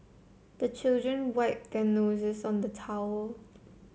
the children wipe their noses on the towel